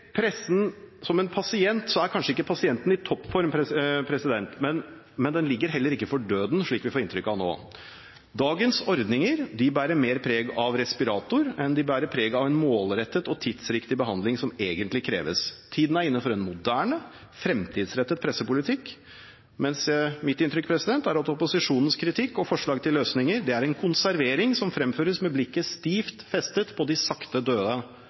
pressen som en pasient, er kanskje ikke pasienten i toppform, men den ligger heller ikke for døden, slik vi får inntrykk av nå. Dagens ordninger bærer mer preg av respirator enn de bærer preg av en målrettet og tidsriktig behandling som egentlig kreves. Tiden er inne for en moderne, fremtidsrettet pressepolitikk, mens mitt inntrykk er at opposisjonens kritikk og forslag til løsninger er en konservering som fremføres med blikket stivt festet på de sakte